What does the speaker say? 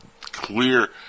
clear